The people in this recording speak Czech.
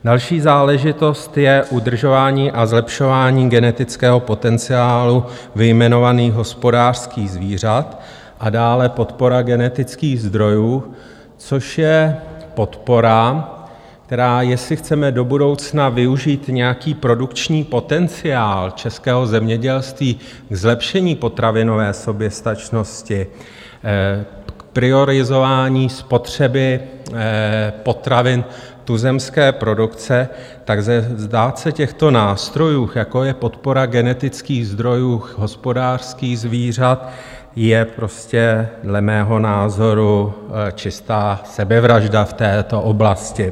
Další záležitost je udržování a zlepšování genetického potenciálu vyjmenovaných hospodářských zvířat a dále podpora genetických zdrojů, což je podpora, která, jestli chceme do budoucna využít nějaký produkční potenciál českého zemědělství k zlepšení potravinové soběstačnosti, k prioritizování spotřeby potravin tuzemské produkce, tak vzdát se těchto nástrojů, jako je podpora genetických zdrojů hospodářských zvířat, je prostě dle mého názoru čistá sebevražda v této oblasti.